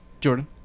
Jordan